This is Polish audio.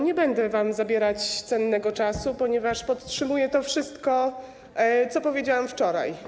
Nie będę wam zabierać cennego czasu, ponieważ podtrzymuję to wszystko, co powiedziałam wczoraj.